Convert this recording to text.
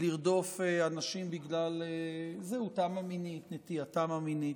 לרדוף אנשים בגלל זהותם המינית, נטייתם המינית.